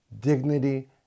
dignity